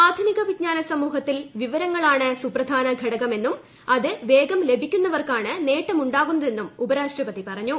ആധുനിക വിജ്ഞാന സമൂഹത്തിൽ വിവരങ്ങളാണ് സൂപ്രധാന ഘടകമെന്നും അത് വേഗം പ്രിലഭിക്കുന്നവർക്കാണ് നേട്ടമൂണ്ടാകുന്നതെന്നും ഉപരാഷ്ട്രപ്തി പറഞ്ഞു